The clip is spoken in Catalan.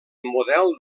model